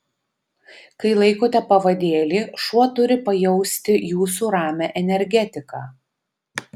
kai laikote pavadėlį šuo turi pajausti jūsų ramią energetiką